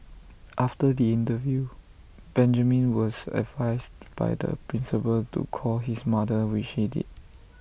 after the interview Benjamin was advised by the principal to call his mother which he did